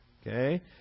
Okay